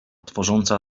tworząca